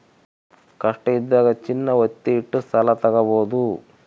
ಕಷ್ಟ ಇದ್ದಾಗ ಚಿನ್ನ ವತ್ತೆ ಇಟ್ಟು ಸಾಲ ತಾಗೊಬೋದು